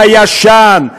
הישן,